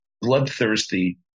bloodthirsty